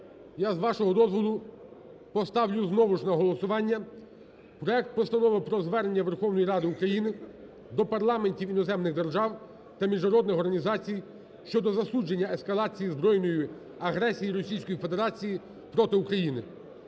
я, з вашого дозволу, поставлю знову ж на голосування проект Постанови про Звернення Верховної Ради України до парламентів іноземних держав та міжнародних організацій щодо засудження ескалації збройної агресії Російської Федерації проти України.